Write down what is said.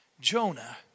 Jonah